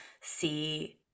see